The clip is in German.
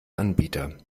anbieter